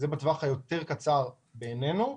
זה בטווח היותר קצר בעינינו.